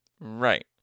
Right